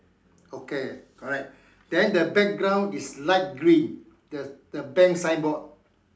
okay correct then the background is light green the the bank signboard